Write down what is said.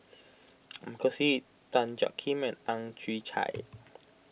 Michael Seet Tan Jiak Kim and Ang Chwee Chai